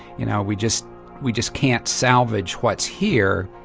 you know, we just we just can't salvage what's here.